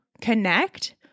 connect